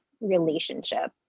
relationship